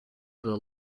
the